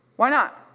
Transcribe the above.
why not?